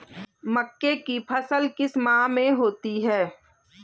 मक्के की फसल किस माह में होती है?